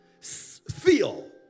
feel